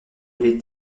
les